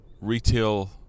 Retail